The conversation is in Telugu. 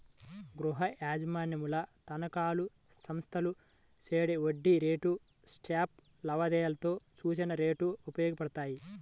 గృహయజమానుల తనఖాలు, సంస్థలు చేసే వడ్డీ రేటు స్వాప్ లావాదేవీలలో సూచన రేట్లు ఉపయోగపడతాయి